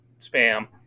spam